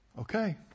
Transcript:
Okay